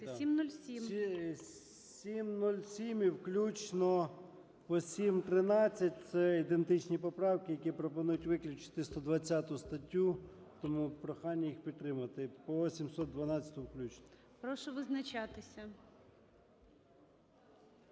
707 і включно по 713 – це ідентичні поправки, які пропонують виключити 120 статтю. Тому прохання їх підтримати, по 712-у включно. ГОЛОВУЮЧИЙ. Прошу визначатися.